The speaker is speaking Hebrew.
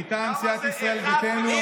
מטעם סיעת ישראל ביתנו,